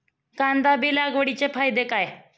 कांदा बी लागवडीचे फायदे काय?